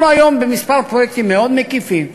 אנחנו היום, בכמה פרויקטים מאוד מקיפים,